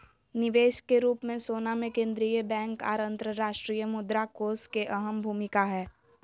निवेश के रूप मे सोना मे केंद्रीय बैंक आर अंतर्राष्ट्रीय मुद्रा कोष के अहम भूमिका हय